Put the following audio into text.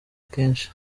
kenshi